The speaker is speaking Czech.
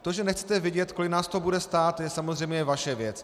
To, že nechcete vědět, kolik nás to bude stát, je samozřejmě vaše věc.